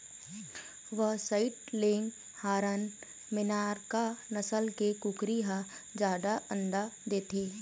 white Leghorn, Minorca नसल के कुकरी ह जादा अंडा देथे